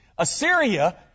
Assyria